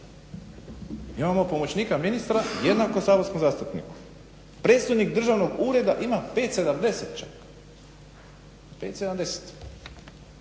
imamo pomoćnika ministra jednako saborskom zastupniku, predstojnik državnog ureda ima 5.70 čak,